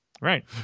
Right